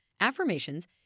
affirmations